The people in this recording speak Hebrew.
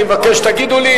אני מבקש שתגידו לי.